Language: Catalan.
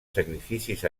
sacrificis